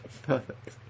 perfect